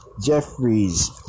Jeffries